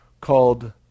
called